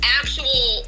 actual